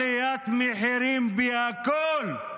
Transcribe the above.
עליית מחירים בכול,